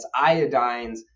iodines